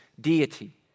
deity